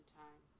time